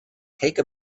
take